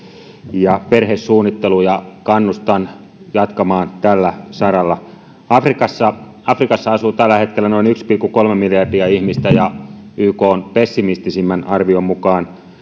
ja perhesuunnitteluun ja kannustan jatkamaan tällä saralla afrikassa afrikassa asuu tällä hetkellä noin yksi pilkku kolme miljardia ihmistä ja ykn pessimistisimmän arvion mukaan